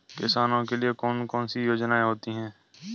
किसानों के लिए कौन कौन सी योजनायें होती हैं?